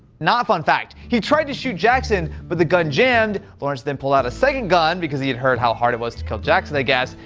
not fun fact. he tried to shoot jackson, but the gun jammed. lawrence then pulled out a second gun because he had heard how hard it was to kill jackson, i guess,